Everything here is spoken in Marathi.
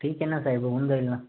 ठीक आहे ना साहेब होऊन जाईल ना